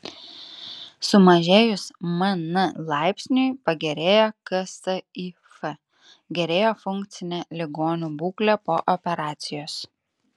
sumažėjus mn laipsniui pagerėja ksif gerėja funkcinė ligonių būklė po operacijos